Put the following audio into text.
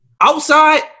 Outside